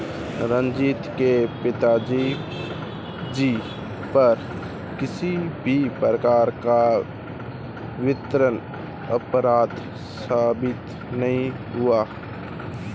रंजीत के पिताजी पर किसी भी प्रकार का वित्तीय अपराध साबित नहीं हुआ